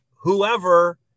whoever